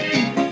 eat